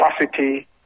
capacity